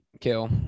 kill